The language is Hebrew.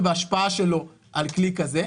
ובהשפעה שלו על כלי כזה.